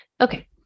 Okay